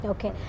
Okay